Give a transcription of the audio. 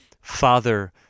Father